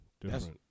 different